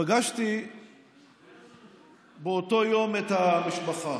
פגשתי באותו יום את המשפחה,